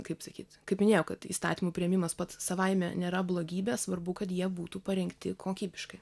kaip sakyt kaip minėjau kad įstatymų priėmimas pats savaime nėra blogybė svarbu kad jie būtų parengti kokybiškai